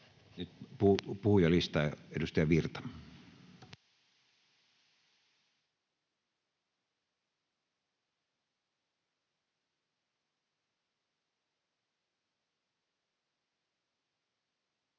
Nyt puhujalistaan. — Edustaja Virta.